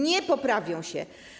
Nie poprawią się.